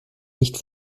nicht